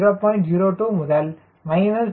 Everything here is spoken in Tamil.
02 முதல் 0